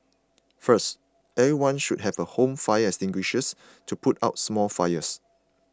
first everyone should have a home fire extinguishers to put out small fires